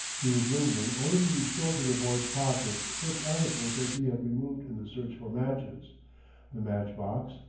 he was lingering only to restore to the boy's pockets such articles as he had removed in the search for matches the match-box,